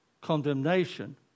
condemnation